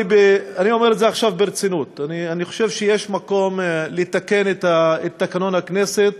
אני אומר את זה עכשיו ברצינות: אני חושב שיש מקום לתקן את תקנון הכנסת